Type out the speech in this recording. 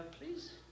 please